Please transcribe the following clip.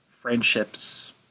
friendships